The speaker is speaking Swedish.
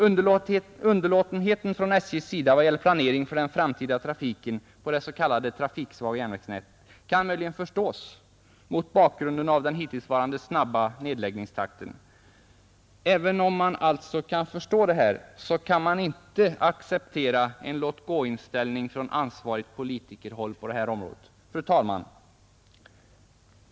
SJ:s underlåtenhet vad gäller planeringen för den framtida trafiken på det s.k. trafiksvaga järnvägsnätet kan möjligen förstås mot bakgrund av den hittillsvarande snabba nedläggningstakten, men trots detta kan man inte acceptera en låt-gå-inställning från ansvarigt politiskt håll på detta område. Fru talman!